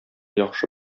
яхшы